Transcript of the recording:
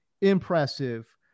impressive